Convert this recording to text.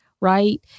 right